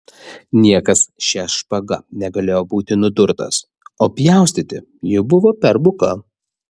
niekas šia špaga negalėjo būti nudurtas o pjaustyti ji buvo per buka